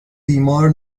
بیمار